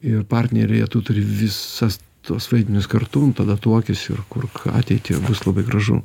ir partneryje tu turi visas tuos vaizdinius kartu tada tuokis ir kurk ateitį ir bus labai gražu